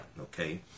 okay